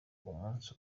umunsi